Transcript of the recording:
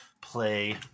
play